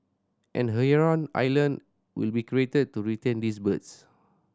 and a heron island will be created to retain these birds